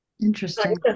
interesting